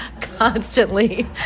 Constantly